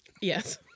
Yes